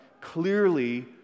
Clearly